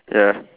ya